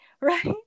Right